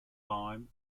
lyme